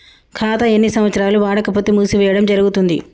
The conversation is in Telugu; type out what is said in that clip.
ఖాతా ఎన్ని సంవత్సరాలు వాడకపోతే మూసివేయడం జరుగుతుంది?